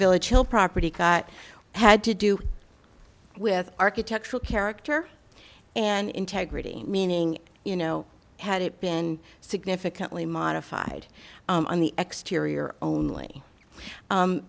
village hill property got had to do with architectural character and integrity meaning you know had it been significantly modified on the exterior only